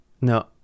no